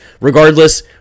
regardless